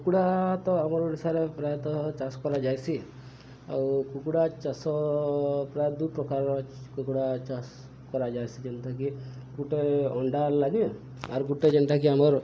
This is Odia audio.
କୁକୁଡ଼ା ତ ଆମର ଓଡ଼ିଶାରେ ପ୍ରାୟତଃ ଚାଷ କରାଯାଏସି ଆଉ କୁକୁଡ଼ା ଚାଷ ପ୍ରାୟ ଦୁଇ ପ୍ରକାରର କୁକୁଡ଼ା ଚାଷ କରାଯାଏସି ଯେନ୍ତାକି ଗୁଟେ ଅଣ୍ଡା ଲାଗି ଆର୍ ଗୁଟେ ଯେନ୍ଟାକି ଆମର